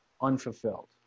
unfulfilled